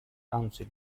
council